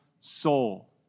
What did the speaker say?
soul